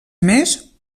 mes